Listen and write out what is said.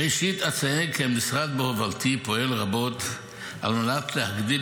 ראשית אציין כי המשרד בהובלתי פועל רבות על מנת להגדיל